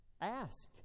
Ask